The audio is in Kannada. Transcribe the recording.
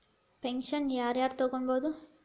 ಪೆನ್ಷನ್ ಯಾರ್ ಯಾರ್ ತೊಗೋಬೋದು?